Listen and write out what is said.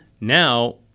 now